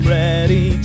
ready